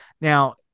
Now